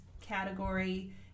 category